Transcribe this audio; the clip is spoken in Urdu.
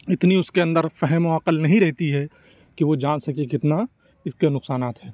اتنی اُس كے اندر فہم و عقل نہیں رہتی ہے كہ وہ جان سكے کتنا اِس كے نقصانات ہیں